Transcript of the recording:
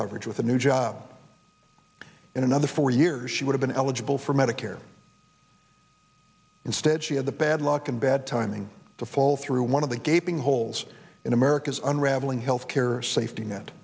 coverage with a new job in another four years she would have been eligible for medicare instead she had the bad luck and bad timing the fall through one of the gaping holes in america's unraveling health care safety